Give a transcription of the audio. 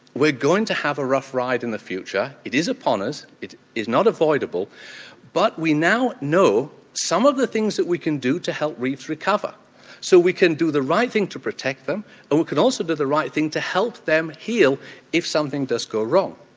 we're going to have a rough ride in the future, it is upon us, it's not avoidable but we now know some of the things that we can do to help reefs recover so we can do the right thing to protect them and we can also do the right thing to help them heal if something does go wrong.